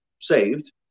saved